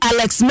Alex